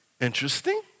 interesting